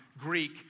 Greek